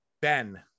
ben